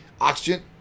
oxygen